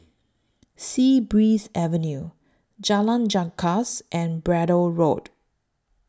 Sea Breeze Avenue Jalan Janggus and Braddell Road